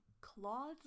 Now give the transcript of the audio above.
claws